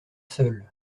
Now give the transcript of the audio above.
seuls